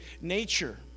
nature